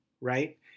right